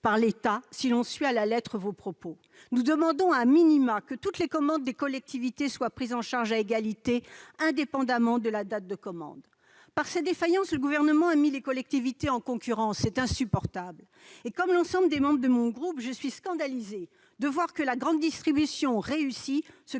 par l'État si l'on suit à la lettre vos propos ! Nous demandons que toutes les commandes des collectivités soient prises en charge à égalité, indépendamment de la date de commande. Par ses défaillances, le Gouvernement a mis les collectivités en concurrence. C'est insupportable ! Et, comme l'ensemble des membres de mon groupe, je suis scandalisée de voir que la grande distribution réussit